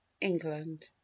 England